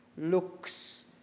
looks